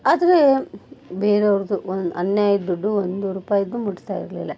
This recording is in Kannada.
ಆದರೆ ಬೇರೆಯವ್ರದ್ದು ಒಂದು ಅನ್ಯಾಯದ ದುಡ್ಡು ಒಂದು ರೂಪಾಯಿದೂ ಮುಟ್ತಾ ಇರಲಿಲ್ಲ